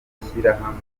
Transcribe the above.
amashyirahamwe